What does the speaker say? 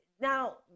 now